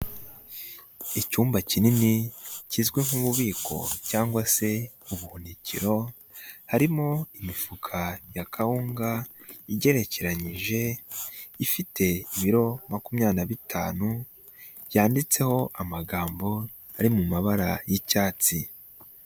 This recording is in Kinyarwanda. Icyumba kinini kizwi nk'ububiko cyangwa se ubuhunikiro, harimo imifuka ya kawunga igerekeranyije ifite ibiro makumya na bitanu, yanditseho amagambo ari mu mabara y'icyatsi.